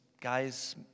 guys